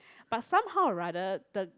but somehow or rather the